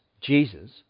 Jesus